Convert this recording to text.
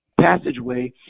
passageway